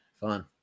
fun